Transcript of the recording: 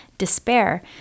despair